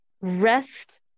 rest